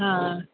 हा